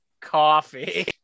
coffee